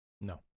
No